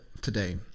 today